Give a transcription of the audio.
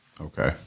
Okay